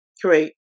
create